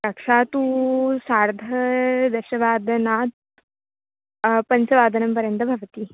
कक्षा तु सार्धादशवादनात् पञ्चवादनं पर्यन्तं भवति